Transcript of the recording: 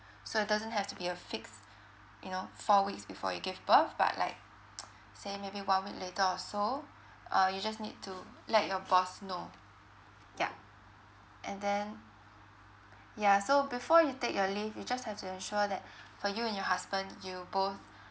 so it doesn't have to be a fixed you know four weeks before you give birth but like say maybe one week later or so uh you just need to let your boss know ya and then ya so before you take your leave you just have to ensure that for you and your husband you both